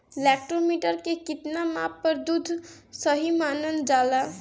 Lactometer के कितना माप पर दुध सही मानन जाला?